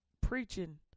preaching